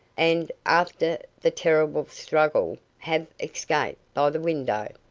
and, after the terrible struggle, have escaped by the window.